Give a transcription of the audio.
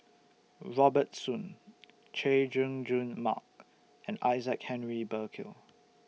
Robert Soon Chay Jung Jun Mark and Isaac Henry Burkill